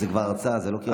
לכל שרינו ויועצינו?